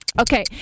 okay